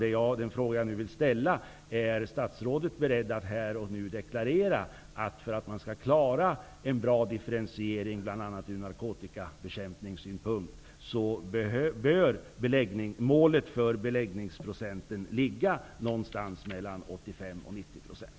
Jag vill då ställa följande fråga: Är statsrådet beredd att här och nu deklarera att beläggningsprocenten bör ligga mellan 85 och 90 % för att man skall klara en bra differentiering?